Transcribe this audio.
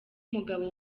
umugabo